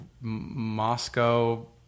Moscow